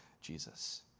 Jesus